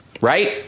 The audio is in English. Right